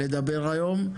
היום.